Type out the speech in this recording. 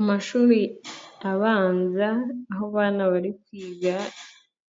Amashuri abanza aho abana bari kwiga